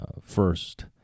first